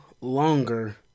longer